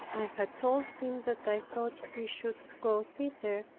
i had told him that i thought he should go thither,